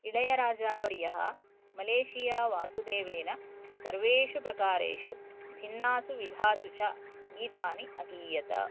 इळयराजावर्यः Malaysia वासुदेवेन सर्वेषु प्रकारेषु भिन्नासु विधासु च गीतानि अगीयत